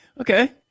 Okay